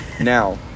now